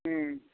की